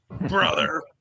Brother